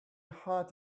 had